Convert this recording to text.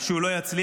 שהוא לא יצליח,